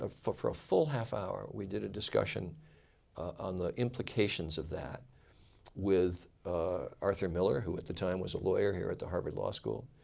for for a full half hour, we did a discussion on the implications of that with arthur miller, who at the time was a lawyer here at the harvard law school,